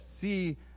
see